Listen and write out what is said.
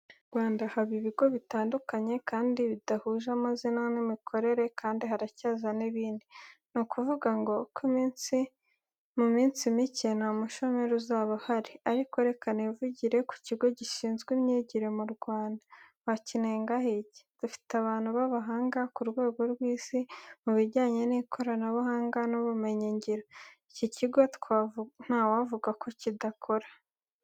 Mu Rwanda haba ibigo bitandukanye kandi bidahuje amazina n'imikorere kandi haracyaza n'ibindi. Ni kuvuga ngo mu minsi mike nta mushomeri uzaba ahari. Ariko reka nivugire ku kigo gishinzwe imyigire mu Rwanda, wakinengaho iki? Dufite abantu b'abahanga ku rwego rw'isi mu bijyanye n'ikoranabuhanga n'ubumenyi ngiro, iki kigo ntawavuga ko kidakora.